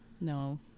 no